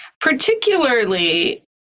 particularly